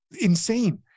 insane